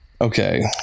Okay